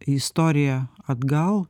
istoriją atgal